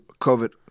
COVID